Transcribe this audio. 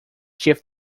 chief